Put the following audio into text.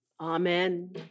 Amen